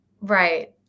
Right